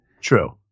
True